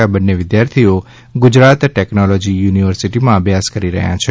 આ બંને વિદ્યાર્થીઓ ગુજરાત ટેકનોલોજી યુનિવર્સિટીમાં અભ્યાસ કરી રહ્યા છે